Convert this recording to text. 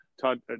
Todd